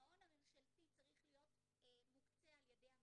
המעון הממשלתי צריך להיות מוקצה על ידי המדינה.